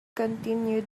continued